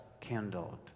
kindled